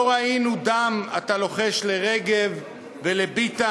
לא ראינו דם, אתה לוחש לרגב ולביטן,